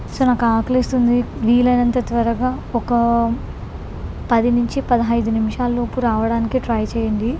so నాకు ఆకలి వేస్తుంది వీలైనంత త్వరగా ఒక పది నుంచి పదహైదు నిమిషాలలోపు రావడానికి ట్రై చేయండి